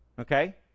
Okay